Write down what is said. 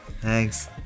thanks